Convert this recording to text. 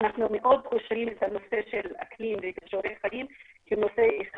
אנחנו מאוד קושרים את הנושא של אקלים וכישורי חיים כנושא אחד,